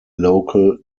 local